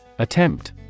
Attempt